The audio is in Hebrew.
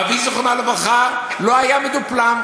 אבי זיכרונו לברכה לא היה מדופלם,